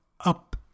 up